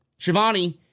Shivani